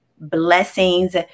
blessings